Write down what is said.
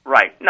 Right